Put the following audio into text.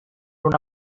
una